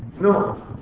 No